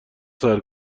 سرم